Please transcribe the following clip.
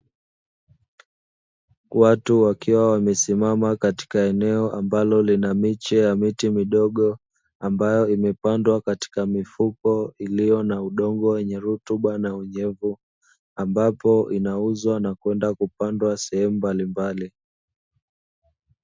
Watu wakiwa wamesimama katika eneo ambalo lina miche ya miti midogo, ambayo imepandwa katika mifuko iliyo na udongo wenye rutuba na unyevu; ambapo inauzwa na kwenda kupandwa sehemu mbalimbali.